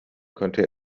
konnte